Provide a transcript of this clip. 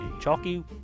Chalky